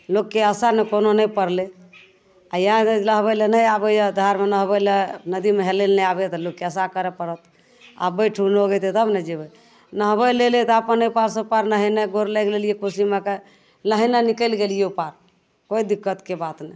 लोकके आशामे कोनो नहि पड़लै आ इएह अगर नहबै लए नहि आबैया धारमे नहबै लए नदीमे हेलै लए नहि आबैया तऽ लोकके आशा करए पड़त आब बैठू लोग अयतै तब ने जेबै नहबै लए अयलै तऽ अपन अइपारसे ओपार नहेने गोर लाइग लेलियै कोशीमाँके नहैनाइ निकैल गेलियै ओपार कोइ दिक्कतके बात नै